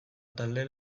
talde